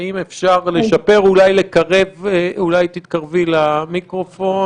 האם אפשר לשפר או אולי תתקרבי למיקרופון.